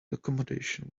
accommodation